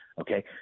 okay